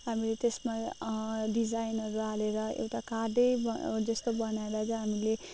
हामीले त्यसमा डिजाइनहरू हालेर एउटा कार्डै जस्तो बनाएर चाहिँ हामीले